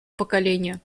поколения